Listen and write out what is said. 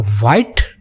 White